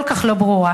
כל כך לא ברורה.